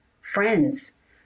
friends